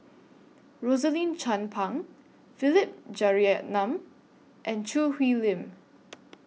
Rosaline Chan Pang Philip Jeyaretnam and Choo Hwee Lim